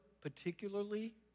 particularly